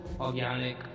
organic